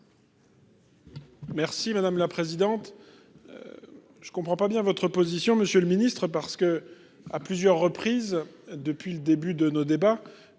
Merci madame la présidente. Je ne comprends pas bien votre position. Monsieur le Ministre, parce que à plusieurs reprises depuis le début de nos débats.